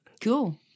Cool